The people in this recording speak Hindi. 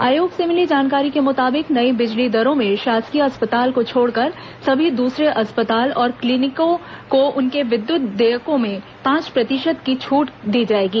आयोग से मिली जानकारी के मुताबिक नई बिजली दरों में शासकीय अस्पताल को छोड़कर सभी दूसरे अस्पताल और क्लीनिकों को उनके विद्युत देयकों में पांच प्रतिशत की छूट दी जाएगी